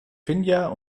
finja